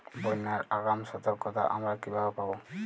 বন্যার আগাম সতর্কতা আমরা কিভাবে পাবো?